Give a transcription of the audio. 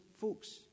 folks